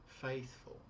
faithful